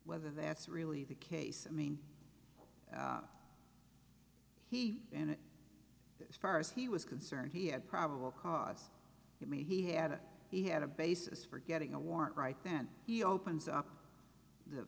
whether that's really the case i mean he and as far as he was concerned he had probable cause to me he had he had a basis for getting a warrant right then he opens up the